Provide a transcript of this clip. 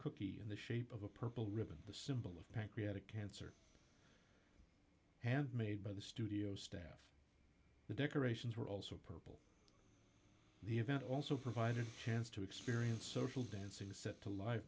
cookie in the shape of a purple ribbon the symbol of pancreatic cancer had made by the studio staff the decorations were also purple the event also provided chance to experience social dancing set to live